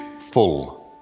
full